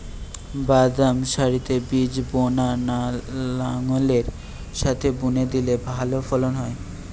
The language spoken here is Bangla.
বাদাম সারিতে বীজ বোনা না লাঙ্গলের সাথে বুনে দিলে ভালো ফলন হয়?